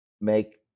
make